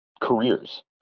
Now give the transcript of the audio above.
careers